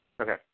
Okay